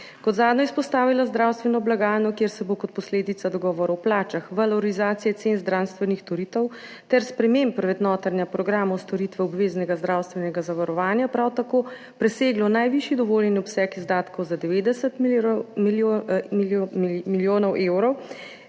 Kot zadnjo je izpostavila zdravstveno blagajno, kjer se bo kot posledica dogovora o plačah, valorizacije cen zdravstvenih storitev ter sprememb vrednotenja programov storitve obveznega zdravstvenega zavarovanja prav tako preseglo najvišji dovoljen obseg izdatkov za 90 milijonov evrov,